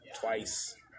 twice